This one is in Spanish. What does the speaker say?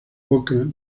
boca